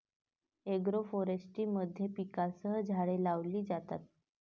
agroforestry मध्ये पिकांसह झाडे लावली जातात